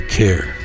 care